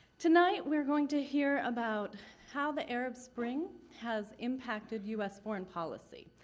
tonight, we're going to hear about how the arab spring has impacted u s. foreign policy.